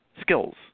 skills